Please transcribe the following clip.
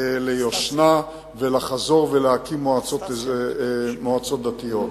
ולחזור ולהקים מועצות דתיות,